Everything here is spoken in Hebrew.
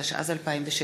התשע"ז 2016,